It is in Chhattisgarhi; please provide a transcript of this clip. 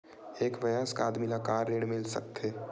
एक वयस्क आदमी ला का ऋण मिल सकथे?